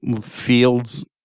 fields